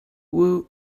woot